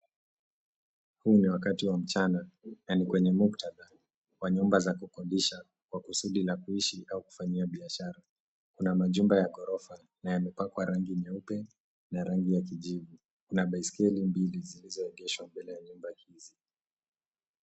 Huu ni wakati wa mchana na ni kwenye muktadha wa nyumba za kukodisha kwa kusudi la kuishi au kufanyia biashara. Kuna majumba ya ghorofa na ya kupakwa rangi nyeupe na rangi ya kijivu. Kuna baiskeli mbili zilizoegeshwa mbele ya nyumba hizi.